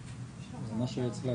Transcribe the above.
ינבוע,